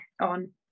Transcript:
on